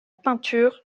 peinture